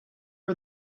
are